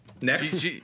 Next